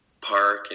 park